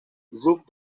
loop